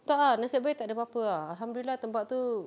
tak ah nasib baik tak ada apa-apa ah alhamdulillah tempat tu